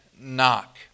knock